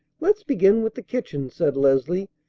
let's begin with the kitchen, said leslie.